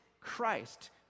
Christ